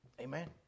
Amen